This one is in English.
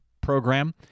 program